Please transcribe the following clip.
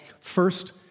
first